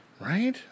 Right